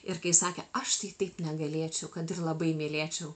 ir kai sakė aš tai taip negalėčiau kad ir labai mylėčiau